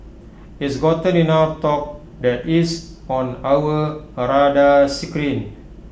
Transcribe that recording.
it's gotten enough talk that it's on our A radar screen